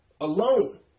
alone